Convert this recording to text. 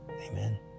Amen